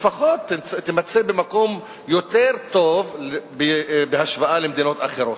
לפחות תימצא במקום יותר טוב בהשוואה למדינות אחרות.